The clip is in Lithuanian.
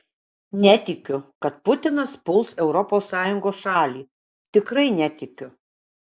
netikiu kad putinas puls europos sąjungos šalį tikrai netikiu